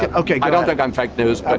and okay, i don't think i'm fake news.